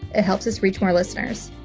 it helps us reach more listeners.